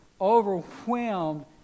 overwhelmed